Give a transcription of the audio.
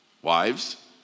Wives